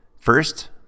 First